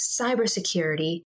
cybersecurity